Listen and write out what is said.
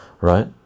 right